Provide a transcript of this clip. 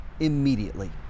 immediately